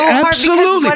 absolutely!